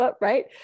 right